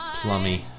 plummy